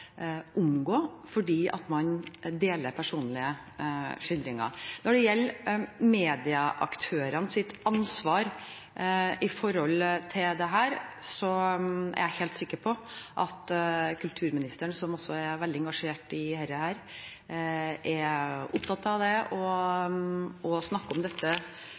omgå fordi man deler personlige skildringer. Når det gjelder medieaktørenes ansvar for dette, er jeg helt sikker på at kulturministeren – som også er veldig engasjert i dette – er opptatt av å snakke om dette